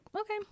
Okay